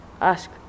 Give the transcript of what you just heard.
ask